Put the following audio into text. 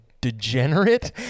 degenerate